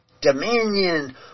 dominion